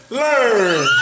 learn